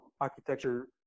architecture